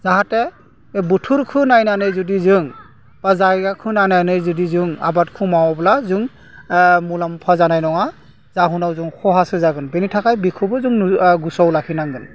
जाहाथे बे बोथोरखो नायनानै जुदि जों बा जायगाखौ नायनानै जुदि जों आबादखौ मावोब्ला जों मुलाम्फा जानाय नङा जाहोनाव जों खहासो जागोन बेनि थाखाय बेखौबो जों नो गोसोआव लाखिनांगोन